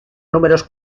números